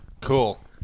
Cool